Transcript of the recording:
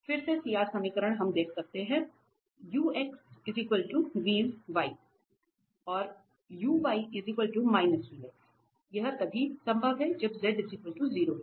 फिर से CR समीकरण हम देख सकते हैं कि यह तभी संभव है जब z 0 हो